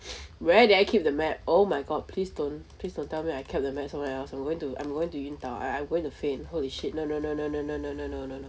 where did I keep the map oh my god please don't please don't tell me I kept the map somewhere else I'm going to I'm going to 晕倒 I I am going to faint holy shit no no no no no no no no no no no